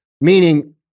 meaning